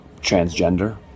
transgender